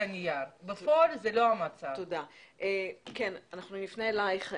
הנייר אבל בפועל זה לא המצב אנחנו נפנה אליך,